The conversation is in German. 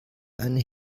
eine